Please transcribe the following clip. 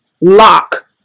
lock